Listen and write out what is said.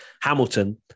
Hamilton